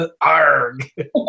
arg